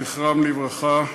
זכרם לברכה,